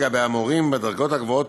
לגבי המורים בדרגות הגבוהות,